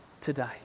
today